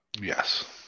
Yes